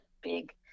big